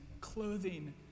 clothing